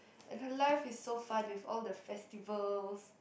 and her life is so fun with all the festivals